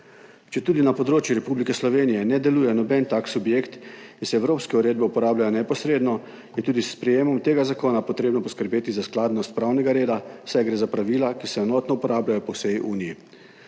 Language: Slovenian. Četudi na področju Republike Slovenije ne deluje noben tak subjekt in se evropske uredbe uporabljajo neposredno, je tudi s sprejetjem tega zakona treba poskrbeti za skladnost pravnega reda, saj gre za pravila, ki se enotno uporabljajo po vsej uniji.